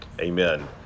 Amen